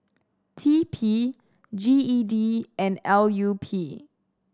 T P G E D and L U P